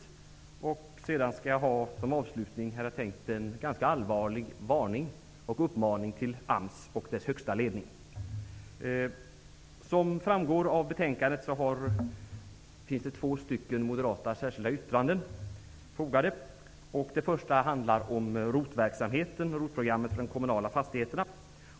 För det tredje skall jag som avslutning rikta en ganska allvarlig varning och uppmaning till Som framgår av betänkandet har vi moderater fogat två särskilda yttranden till detta. Det första handlar om ROT-programmet för de kommunala fastigheterna.